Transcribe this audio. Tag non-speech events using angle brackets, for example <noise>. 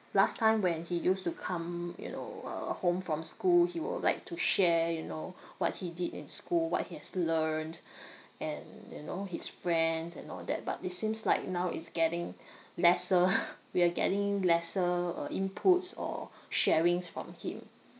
last time when he used to come you know uh home from school he will like to share you know what he did in school what he has learned and you know his friends and all that but it seems like now is getting lesser <laughs> we are getting lesser uh inputs or sharings from him